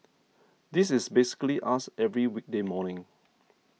this is basically us every weekday morning